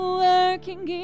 working